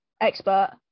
expert